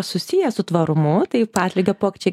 susiję su tvarumu taip atlygio pokyčiai